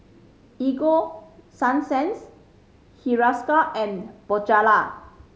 Ego Sunsense Hiruscar and Bonjela